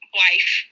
wife